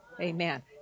Amen